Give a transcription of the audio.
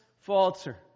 falter